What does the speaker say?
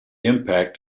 impact